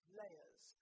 layers